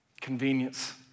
convenience